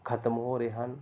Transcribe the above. ਖਤਮ ਹੋ ਰਹੇ ਹਨ